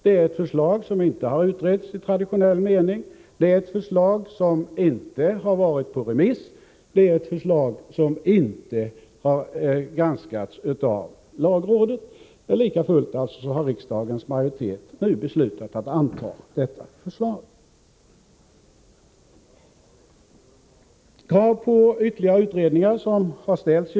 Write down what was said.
Det är ett förslag som inte har utretts i traditionell mening, ett förslag som inte har varit på remiss, ett förslag som inte har granskats av lagrådet. Likafullt har riksdagens majoritet nu beslutat att anta detta förslag.